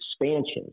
expansion